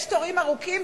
יש תורים ארוכים,